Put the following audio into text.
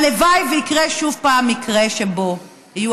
הלוואי שיקרה שוב פעם מקרה שבו יהיו